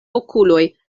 okuloj